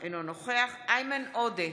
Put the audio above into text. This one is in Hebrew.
אינו נוכח איימן עודה,